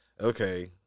okay